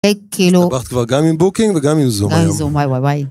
היי כאילו. הסתבכת כבר גם עם בוקינג וגם עם זום היום. גם עם זום, וואי וואי וואי.